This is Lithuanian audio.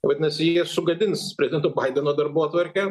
vadinasi jie sugadins prezidento baideno darbotvarkę